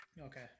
Okay